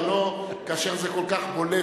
אבל לא כאשר זה כל כך בולט,